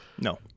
No